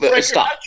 stop